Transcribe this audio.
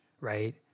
right